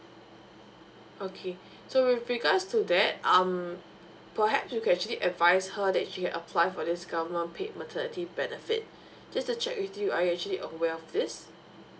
okay so with regards to that um perhaps you can actually advise her that she can apply for this government paid maternity benefit just to check with you are you actually aware of this